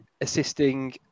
assisting